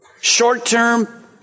short-term